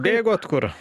bėgot kur